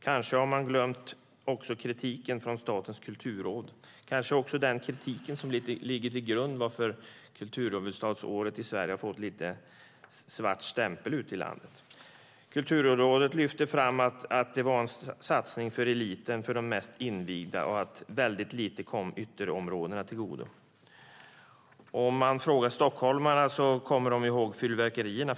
Kanske har man också glömt kritiken från Statens kulturråd och kanske också den kritik som ligger till grund för att kulturhuvudstadsåret i Sverige har fått lite av en svart stämpel ute i landet. Kulturrådet lyfte fram att det var en satsning för eliten och de mest invigda och att väldigt lite kom ytterområdena till godo. Om man frågar stockholmarna kommer de förstås ihåg fyrverkerierna.